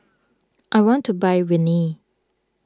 I want to buy Rene